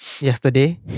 yesterday